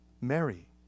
Mary